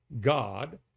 god